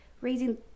raising